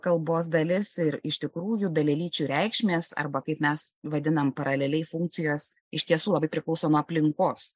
kalbos dalis ir iš tikrųjų dalelyčių reikšmės arba kaip mes vadinam paraleliai funkcijos iš tiesų labai priklauso nuo aplinkos